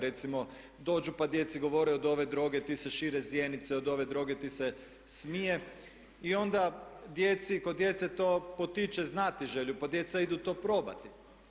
Recimo dođu pa djeci govore od ove droge ti se šire zjenice, od ove droge ti se smije i onda kod djece to potiče znatiželju pa djeca idu to probati.